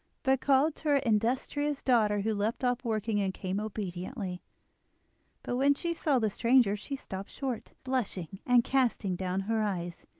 but called to her industrious daughter, who left off working and came obediently but when she saw the stranger she stopped short, blushing, and casting down her eyes.